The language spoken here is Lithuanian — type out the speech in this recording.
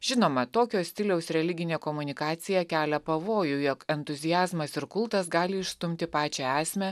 žinoma tokio stiliaus religinė komunikacija kelia pavojų jog entuziazmas ir kultas gali išstumti pačią esmę